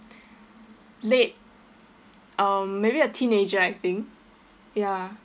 late um maybe a teenager I think ya